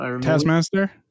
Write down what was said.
Taskmaster